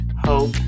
hope